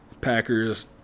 Packers